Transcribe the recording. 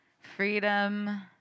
Freedom